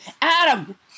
Adam